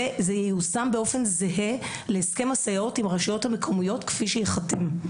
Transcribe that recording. וזה ייושם באופן זהה להסכם הסייעות עם הרשויות המקומיות כפי שייחתם.